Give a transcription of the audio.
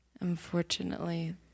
Unfortunately